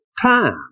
time